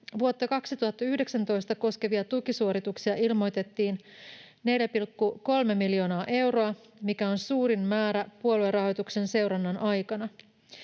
Vuotta 2019 koskevia tukisuorituksia ilmoitettiin 4,3 miljoonaa euroa, mikä on suurin määrä puoluerahoituksen seurannan aikana.